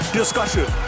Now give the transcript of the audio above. discussion